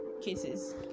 cases